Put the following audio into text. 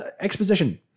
Exposition